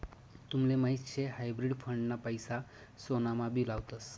तुमले माहीत शे हायब्रिड फंड ना पैसा सोनामा भी लावतस